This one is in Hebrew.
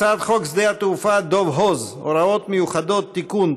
הצעת חוק שדה התעופה דב הוז (הוראות מיוחדות) (תיקון),